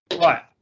Right